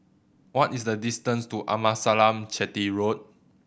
what is the distance to Amasalam Chetty Road